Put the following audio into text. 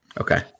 okay